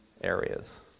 areas